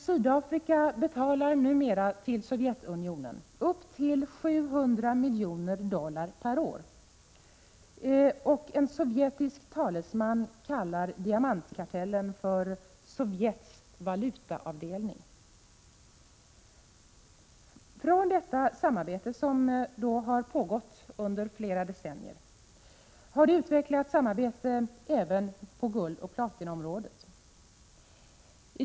Sydafrika betalar numera till Sovjetunionen upp till 700 miljoner dollar per år. En sovjetisk talesman har kallat diamantkartellen ”Sovjets valutaavdelning”. Från detta samarbete, som har pågått under tre decennier, har det utvecklats ett samarbete även på guldoch platinaområdet.